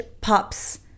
pops